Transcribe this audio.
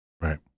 Right